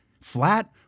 flat